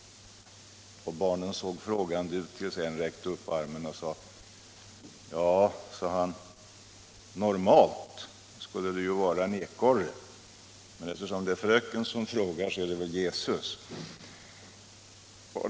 Barnen såg frågande ut, tills en räckte upp handen och sade: Ja, normalt skulle det väl vara en ekorre, men eftersom det är fröken som frågar är det väl Jesus.